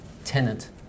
Tenant